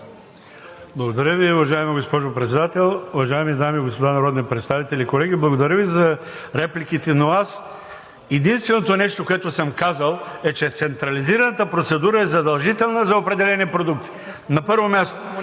Благодаря Ви, уважаема госпожо Председател. Уважаеми дами и господа народни представители, колеги! Благодаря Ви, за репликите, но аз единственото нещо, което съм казал, е, че централизираната процедура е задължителна за определени продукти. На първо място,